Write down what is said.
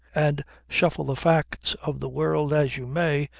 and shuffle the facts of the world as you may,